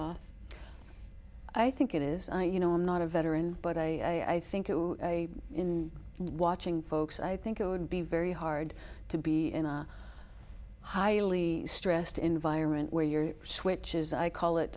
off i think it is you know i'm not a veteran but i think in watching folks i think it would be very hard to be in a highly stressed environment where you're switches i call